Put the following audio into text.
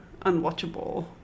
unwatchable